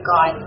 God